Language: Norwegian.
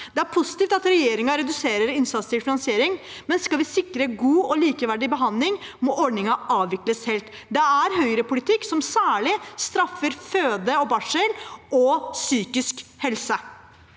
Det er positivt at regjeringen reduserer innsatsstyrt finansiering, men skal vi sikre god og likeverdig behandling, må ordningen avvikles helt. Det er høyrepolitikk som særlig straffer føde og barsel og psykisk helse.